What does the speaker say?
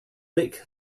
nick